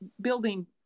building